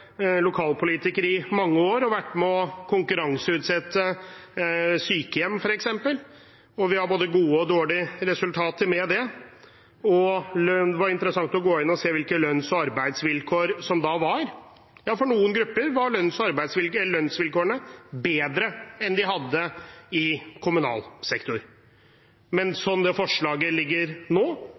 lokalpolitiker i mange år og har vært med på å konkurranseutsette sykehjem, f.eks. Vi har både gode og dårlige resultater av det. Det var interessant å gå inn og se hvilke lønns- og arbeidsvilkår som var da. For noen grupper var lønnsvilkårene bedre enn det de hadde i kommunal sektor. Men slik forslaget foreligger nå, betyr det